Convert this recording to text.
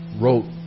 wrote